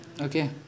Okay